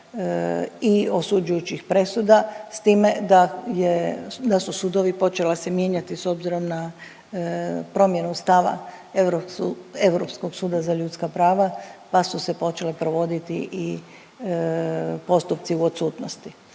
i osuđujućih presuda, s time da je, da su sudovi počela se mijenjati s obzirom na promjenu stava Europskog suda za ljudska prava pa su se počele provoditi i postupci u odsutnosti,